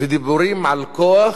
ודיבורים על כוח,